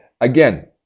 again